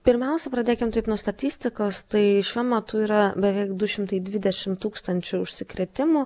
pirmiausia pradėkim taip nuo statistikos tai šiuo metu yra beveik du šimtai dvidešim tūkstančių užsikrėtimų